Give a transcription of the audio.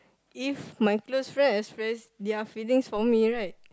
if my close friend express their feelings for me right